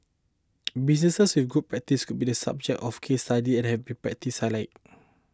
businesses with good practice could be the subject of case study and have be practice highlighted